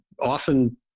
often